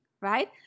right